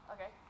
Okay